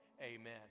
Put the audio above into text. amen